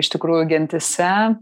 iš tikrųjų gentyse